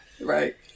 right